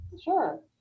sure